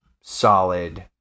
solid